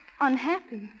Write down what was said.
unhappy